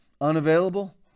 unavailable